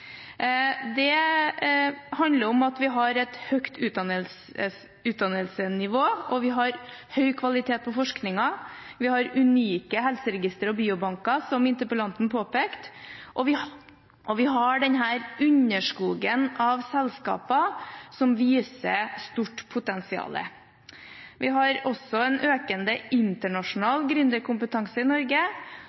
Det handler om at vi har et høyt utdanningsnivå, vi har høy kvalitet på forskningen, vi har unike helseregistre og biobanker, som interpellanten påpekte, og vi har underskogen av selskaper som viser stort potensial. Vi har også en økende internasjonal gründerkompetanse i Norge,